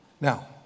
Now